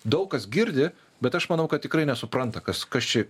daug kas girdi bet aš manau kad tikrai nesupranta kas kas čia